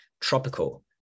tropical